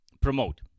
promote